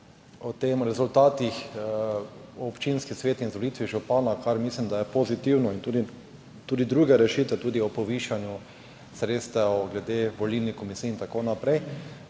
o rezultatih, občinski svet in izvolitev župana. Kar mislim, da je pozitivno, in tudi druge rešitve, tudi o povišanju sredstev glede volilnih komisij in tako naprej.